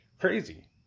Crazy